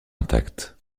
intact